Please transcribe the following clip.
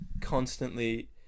constantly